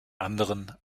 anderen